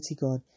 God